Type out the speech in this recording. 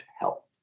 help